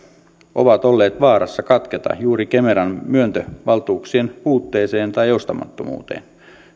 ovat olleet vaarassa katketa juuri kemeran myöntövaltuuksien puutteeseen tai joustamattomuuteen